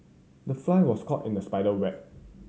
the fly was caught in the spider web